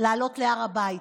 לעלות להר הבית.